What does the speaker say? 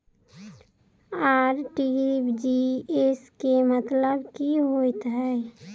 RTGS केँ मतलब की होइ हय?